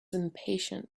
impatient